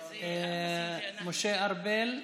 אזולאי, בעד, משה ארבל,